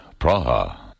Praha